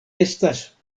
estas